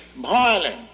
violent